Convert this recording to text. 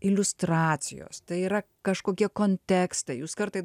iliustracijos tai yra kažkokie kontekstai jūs kartais